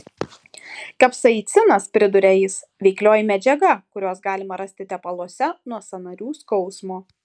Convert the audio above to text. kapsaicinas priduria jis veiklioji medžiaga kurios galima rasti tepaluose nuo sąnarių skausmo